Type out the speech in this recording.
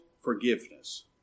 forgiveness